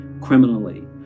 criminally